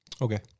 Okay